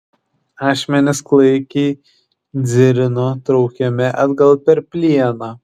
ašmenys klaikiai dzirino traukiami atgal per plieną